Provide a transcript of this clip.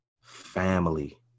family